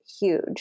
huge